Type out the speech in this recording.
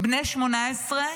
בני 18,